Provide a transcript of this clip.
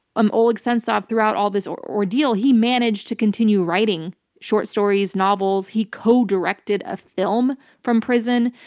um oleg sentsov, throughout all this ordeal, he managed to continue writing short stories, novels. he co-directed a film from prison.